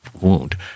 wound